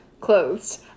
clothes